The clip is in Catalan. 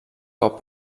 cop